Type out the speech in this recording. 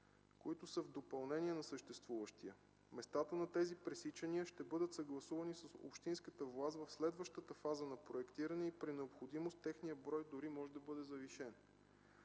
които са в допълнение на съществуващия. Местата на тези пресичания ще бъдат съгласувани с общинската власт в следващата фаза на проектиране и при необходимост техният брой дори може да бъде завишен.